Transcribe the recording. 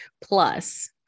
plus